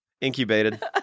incubated